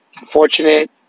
unfortunate